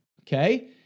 Okay